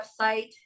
website